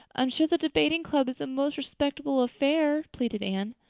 i'm sure the debating club is a most respectable affair, pleaded anne.